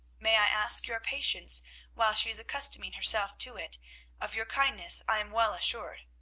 may i ask your patience while she is accustoming herself to it of your kindness i am well assured.